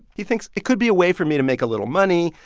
he thinks, it could be a way for me to make a little money,